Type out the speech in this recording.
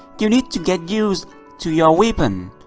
you need to get used to your weapon!